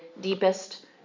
deepest